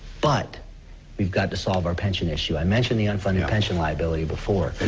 but we've got to solve our pension issue. i mentioned the unfunded pension liability before.